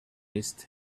missed